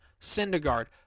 Syndergaard